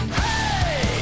hey